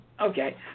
Okay